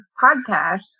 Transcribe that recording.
podcast